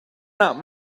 not